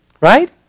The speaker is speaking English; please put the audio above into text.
Right